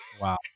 wow